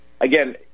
again